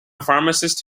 pharmacist